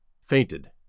fainted